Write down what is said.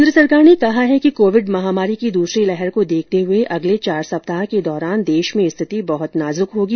केन्द्र सरकार ने कहा है कि कोविड महामारी की दूसरी लहर को देखते हुए अगले चार सप्ताह के दौरान देश में स्थिति बहुत नाजुक होगी